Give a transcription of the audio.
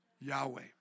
Yahweh